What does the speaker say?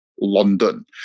London